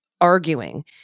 arguing